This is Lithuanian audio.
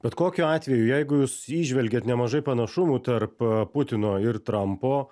bet kokiu atveju jeigu jūs įžvelgiat nemažai panašumų tarp putino ir trampo